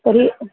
तर्हि